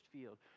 field